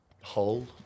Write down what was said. hole